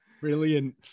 brilliant